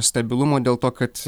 stabilumo dėl to kad